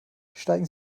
steigen